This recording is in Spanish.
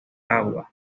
agua